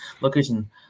location